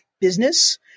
business